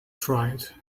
tried